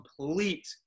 complete